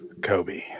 kobe